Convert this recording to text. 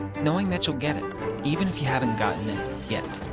knowing that you'll get it even if you haven't gotten it yet.